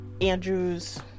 Andrew's